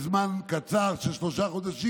לדחות את זה לזמן קצר של שלושה חודשים.